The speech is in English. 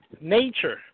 nature